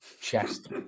chest